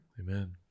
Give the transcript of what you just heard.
Amen